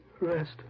rest